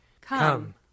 Come